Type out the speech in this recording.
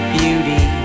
beauty